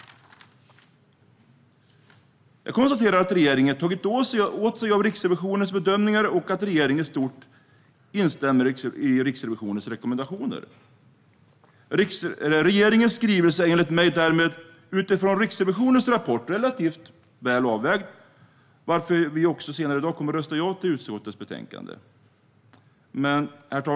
Jag konstaterar att regeringen har tagit åt sig av Riksrevisionens bedömningar och att regeringen i stort instämmer i Riksrevisionens rekommendationer. Enligt mig är regeringens skrivelse därmed relativt väl avvägd utifrån Riksrevisionens rapport, varför vi också senare i dag kommer att rösta ja till utskottets förslag i betänkandet.